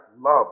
love